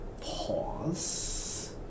pause